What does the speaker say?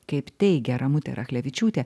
kaip teigia ramutė rachlevičiūtė